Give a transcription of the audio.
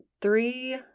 three